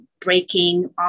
breaking